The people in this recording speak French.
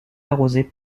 arrosée